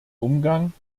umgang